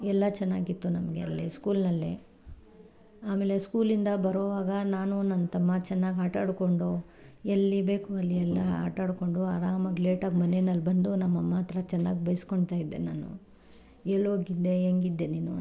ಎಲ್ಲ ಚೆನ್ನಾಗಿತ್ತು ನಮಗೆ ಅಲ್ಲಿ ಸ್ಕೂಲ್ನಲ್ಲಿ ಆಮೇಲೆ ಸ್ಕೂಲಿಂದ ಬರೋವಾಗ ನಾನು ನನ್ನ ತಮ್ಮ ಚೆನ್ನಾಗಿ ಆಟ ಆಡ್ಕೊಂಡು ಎಲ್ಲಿ ಬೇಕು ಅಲ್ಲಿ ಎಲ್ಲ ಆಟ ಆಡ್ಕೊಂಡು ಆರಾಮಾಗಿ ಲೇಟಾಗಿ ಮನೆಯಲ್ಲಿ ಬಂದು ನಮ್ಮಮ್ಮ ಹತ್ರ ಚೆನ್ನಾಗಿ ಬೈಸ್ಕೋಳ್ತ ಇದ್ದೆ ನಾನು ಎಲ್ಲೋಗಿದ್ದೆ ಹೆಂಗಿದ್ದೆ ನೀನು ಅಂತ